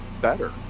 better